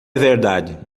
verdade